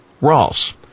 Ross